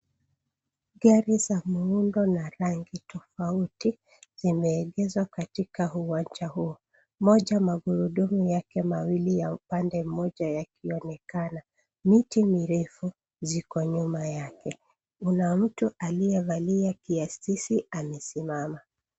Gari za muundo na rangi tofauti zimeegeshwa katika uwanja huu. Moja magurudumu yake mawili ya pande moja yakionekana. Miti mirefu ziko nyuma yake. Kuna mtu aliyevalia kiasisi amesimama.